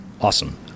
Awesome